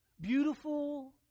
beautiful